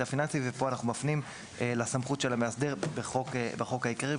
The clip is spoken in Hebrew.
פיננסי ופה אנחנו מפנים לסמכות של המאסדר בחוק העיקרי,